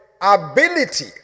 ability